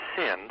sinned